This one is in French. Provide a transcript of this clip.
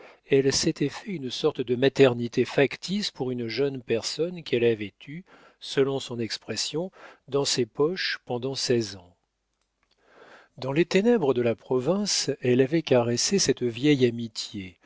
elle s'était fait une sorte de maternité factice pour une jeune personne qu'elle avait eue selon son expression dans ses poches pendant seize ans dans les ténèbres de la province elle avait caressé cette vieille amitié